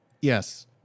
Yes